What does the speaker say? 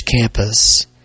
campus